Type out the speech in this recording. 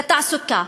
לתעסוקה.